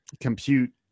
compute